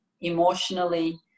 emotionally